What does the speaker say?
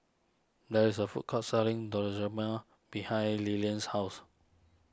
there is a food court selling behind Lilian's house